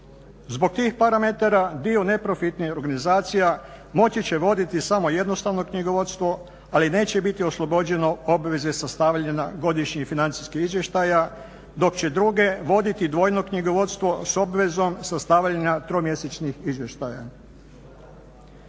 Zbog tih parametara dio neprofitnih organizacija moći će voditi samo jednostavno knjigovodstvo, ali neće biti oslobođeno obveze sastavljanja godišnjih financijskih izvještaja dok će druge voditi dvojno knjigovodstvo s obvezom sastavljanja tromjesečnih izvještaja.